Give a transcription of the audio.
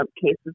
cases